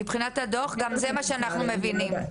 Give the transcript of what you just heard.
וגם מבחינת הדו"ח זה מה שאנחנו מבינים.